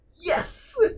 Yes